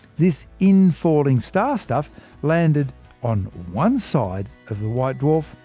this infalling star stuff landed on one side of the white dwarf,